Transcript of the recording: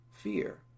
Fear